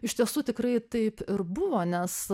iš tiesų tikrai taip ir buvo nes